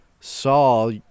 Saul